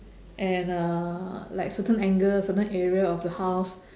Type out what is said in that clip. and uh like certain angle certain area of the house